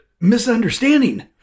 misunderstanding